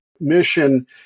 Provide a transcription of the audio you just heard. mission